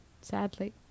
sadly